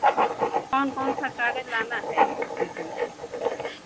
कौन कौन सा काग़ज़ लाना है हमको